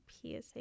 PSA